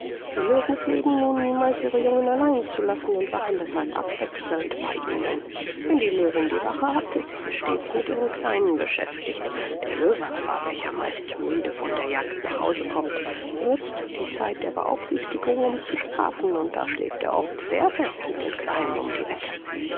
die löwen pflegen nun niemals ihre jungen allein zu lassen und wachen deshalb abwechselnd bei ihnen wenn die löwin die wache hat ist sie stets mit ihren kleinen beschäftigt der löwe aber welcher meist müde von der jagd nach hause kommt benutzt die zeit der beaufsichtigung um zu schlafen und da schläft er oft sehr fest mit den kleinen um die wette